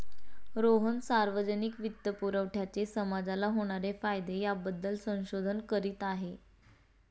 रोहन सार्वजनिक वित्तपुरवठ्याचे समाजाला होणारे फायदे याबद्दल संशोधन करीत आहे